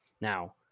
Now